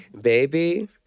baby